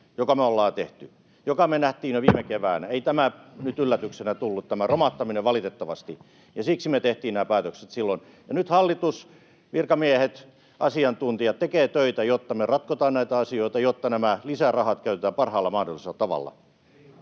joka me ollaan tehty, joka me nähtiin jo viime keväänä. Ei tämä nyt yllätyksenä tullut, tämä romahtaminen, valitettavasti, ja siksi me tehtiin nämä päätökset silloin. Ja nyt hallitus, virkamiehet, asiantuntijat tekevät töitä, jotta me ratkotaan näitä asioita, jotta nämä lisärahat käytetään parhaalla mahdollisella tavalla.